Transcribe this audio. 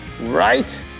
Right